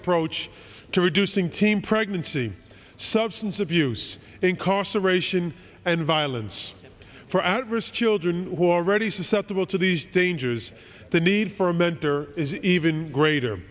approach to reducing teen pregnancy substance abuse incarceration and violence for at risk children who are already susceptible to these dangers the need for a mentor is even greater